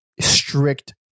strict